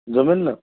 जमेल ना